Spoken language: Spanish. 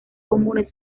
comunes